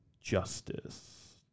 Justice